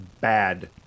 bad